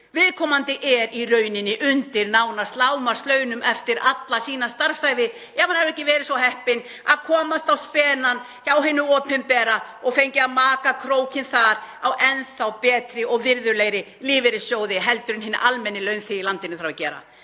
Viðkomandi er í rauninni nánast undir lágmarkslaunum eftir alla sína starfsævi ef hann hefur ekki verið svo heppinn að komast á spenann hjá hinu opinbera og fengið að maka krókinn þar í enn þá betri og virðulegri lífeyrissjóði heldur en hinn almenni launþegi í landinu. Þannig að